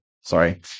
sorry